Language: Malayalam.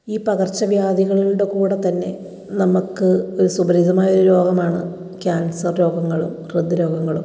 ഈ പകർച്ച വ്യാധികളുടെ കൂടെ തന്നെ നമുക്ക് സുപരിചിതമായ ഒരു രോഗമാണ് ക്യാൻസർ രോഗങ്ങളും ഹൃദ്രോഗങ്ങളും